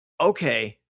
okay